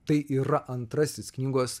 tai yra antrasis knygos